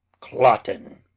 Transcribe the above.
cloten.